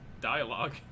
dialogue